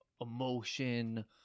emotion